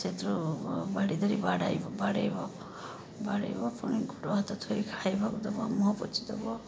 ସେଥିରୁ ବାଡ଼ି ଧରି ବାଡ଼ାଇବ ବାଡ଼ାଇବ ବାଡ଼ାଇବ ପୁଣି ଗୋଡ଼ ହାତ ଧୋଇ ଖାଇବାକୁ ଦବ ମୁହଁ ପୋଛି ଦବ